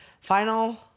final